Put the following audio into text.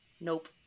Nope